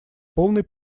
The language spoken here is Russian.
полной